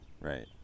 right